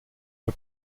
für